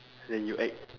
then you act